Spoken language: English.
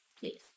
Please